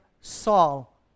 Saul